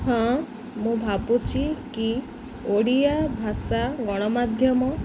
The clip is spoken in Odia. ହଁ ମୁଁ ଭାବୁଛି କି ଓଡ଼ିଆ ଭାଷା ଗଣମାଧ୍ୟମ